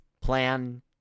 plan